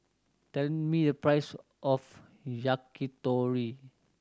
tell me the price of Yakitori